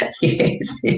Yes